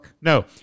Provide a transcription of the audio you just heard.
No